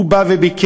הוא בא וביקש,